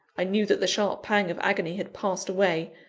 i knew that the sharp pang of agony had passed away,